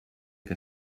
que